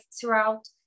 throughout